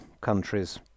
countries